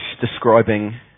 describing